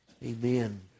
Amen